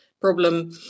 problem